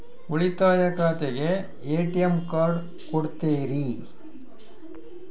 ಉಳಿತಾಯ ಖಾತೆಗೆ ATM card ಕೊಡ್ತೇರಿ?